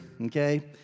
okay